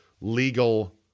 legal